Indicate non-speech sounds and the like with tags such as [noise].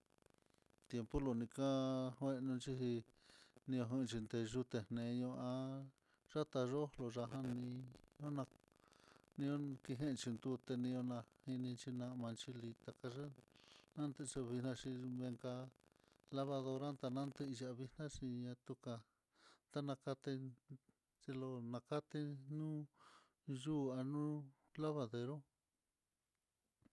Tiempo koli ka'a juanxhixi ñajon chute yu teñeño há yatayó ya'á jan ni tona nion kendo tuteni yona [hesitation] inan, manx [hesitation] takaya'a kute yuvixnaxi, menka lavadora tanantei yavii naxhi na tuka'a tanakaten telonakaten nuu yuu anú lavadero.